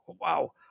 wow